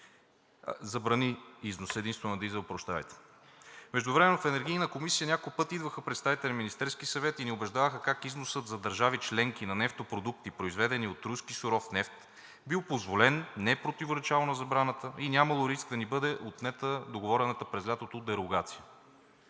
Междувременно в Енергийната комисия няколко пъти идваха представители на Министерския съвет и ни убеждаваха как износът за държави членки на нефтопродукти, произведени от руски суров нефт, бил позволен, не противоречал на забраната и нямало риск да ни бъде отнета договорената през лятото дерогация.